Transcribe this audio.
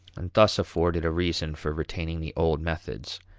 and thus afforded a reason for retaining the old methods.